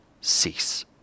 cease